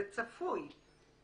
זה צפוי?